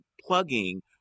plugging